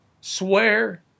swear